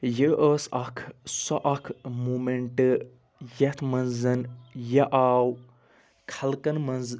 یہِ ٲس اکھ سۄ اکھ موٗمیٚنٹہٕ یتھ مَنٛز زن یہِ آو خلقَن مَنٛز